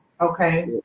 Okay